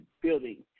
Building